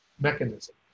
mechanism